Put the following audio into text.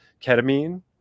ketamine